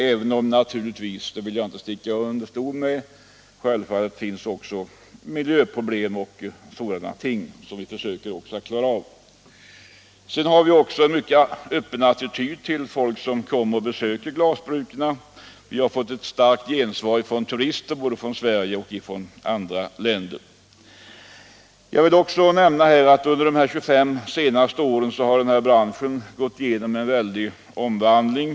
Men jag vill samtidigt inte sticka under stol med att det också finns miljöproblem, som vi nu försöker att klara. Vi har en mycket öppen attityd till människor som kommer för att besöka glasbruken. Vi har fått ett starkt gensvar från både inhemska turister och människor från andra länder. Jag vill också nämna att denna bransch under de senaste 25 åren har gått igenom en väldig omvandling.